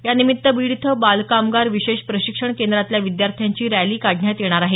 यानिमित्त बीड इथं बालकामगार विशेष प्रशिक्षण केंद्रातल्या विद्यार्थ्यांची रॅली काढण्यात येणार आहे